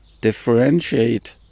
differentiate